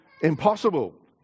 impossible